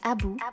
Abu